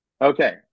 Okay